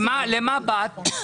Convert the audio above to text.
למה באת?